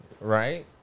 right